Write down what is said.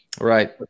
Right